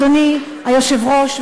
אדוני היושב-ראש,